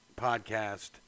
podcast